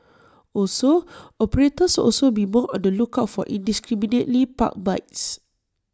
also operators also be more on the lookout for indiscriminately parked bikes